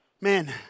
Man